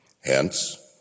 Hence